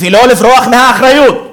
ולא לברוח מאחריות.